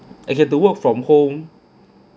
I get to work from home